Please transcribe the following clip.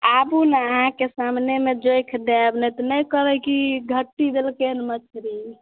आबु ने आहाँके सामने मे जोखि देब नहि तऽ नहि कहबै की घट्टी देलकै हन मछली